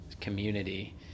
community